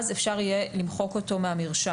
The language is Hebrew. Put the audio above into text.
אז יהיה אפשר למחוק אותו מהמרשם,